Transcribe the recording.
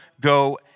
go